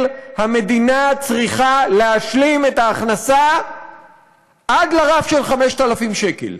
המדינה צריכה להשלים את ההכנסה עד לרף של 5,000 שקל.